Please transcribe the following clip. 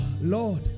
Lord